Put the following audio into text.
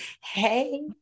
Hey